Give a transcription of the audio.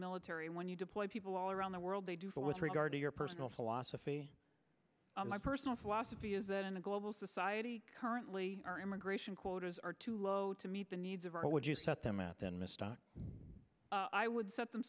military when you deploy people all around the world they do but with regard to your personal philosophy my personal philosophy is that in a global society currently our immigration quotas are too low to meet the needs of our would you set them out then mr i would set them